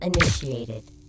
initiated